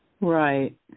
Right